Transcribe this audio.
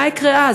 מה יקרה אז?